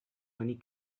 money